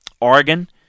Oregon